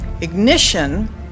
Ignition